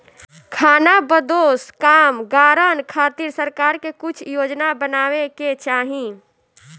खानाबदोश कामगारन खातिर सरकार के कुछ योजना बनावे के चाही